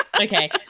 Okay